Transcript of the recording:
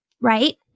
right